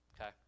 Okay